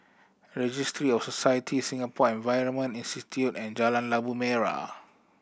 Registry of Society Singapore Environment Institute and Jalan Labu Merah